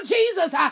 Jesus